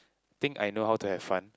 think I know how to have fun